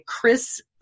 Chris